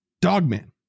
Dogman